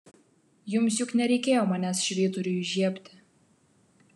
jums juk nereikėjo manęs švyturiui įžiebti